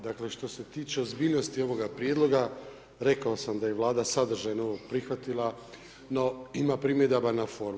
Dakle, što se tiče ozbiljnosti ovoga Prijedloga, rekao sam da je Vlada sadržajno ovo prihvatila no ima primjedaba na formu.